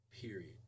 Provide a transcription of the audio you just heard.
Period